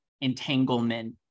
entanglement